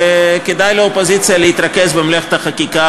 וכדאי לאופוזיציה להתרכז במלאכת החקיקה